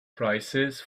prices